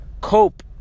cope